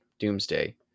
doomsday